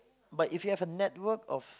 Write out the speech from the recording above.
but if you have a network of